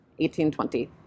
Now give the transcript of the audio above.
1820